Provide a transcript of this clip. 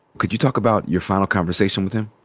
could you talk about your final conversation with him?